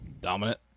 Dominant